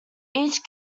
each